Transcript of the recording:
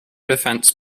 defence